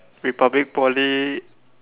republic Poly